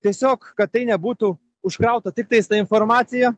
tiesiog kad tai nebūtų užkrauta tiktais ta informacija